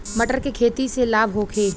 मटर के खेती से लाभ होखे?